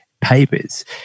papers